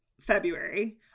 February